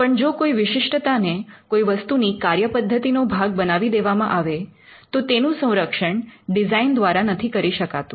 પણ જો કોઈ વિશિષ્ટતાને કોઈ વસ્તુ ની કાર્યપદ્ધતિ નો ભાગ બનાવી દેવામાં આવે તો તેનું સંરક્ષણ ડિઝાઇન દ્વારા નથી કરી શકાતું